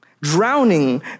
drowning